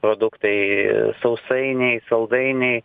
produktai sausainiai saldainiai